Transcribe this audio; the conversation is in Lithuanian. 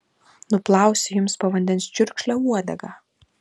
nuplausiu jums po vandens čiurkšle uodegą